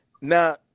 now